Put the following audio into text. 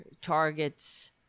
targets